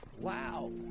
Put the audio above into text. Wow